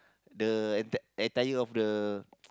the enti~ entire of the